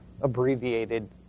abbreviated